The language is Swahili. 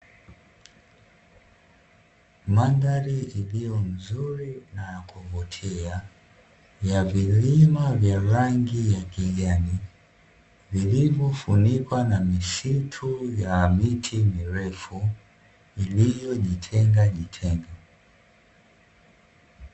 Mandhari iliyo nzuri na ya kuvutia, ya vilima vya rangi ya kijani, vilivyofunikwa na misitu ya miti mirefu iliyojitenga jitenga.